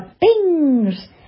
bings